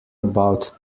about